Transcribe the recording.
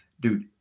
dude